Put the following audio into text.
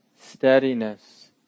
steadiness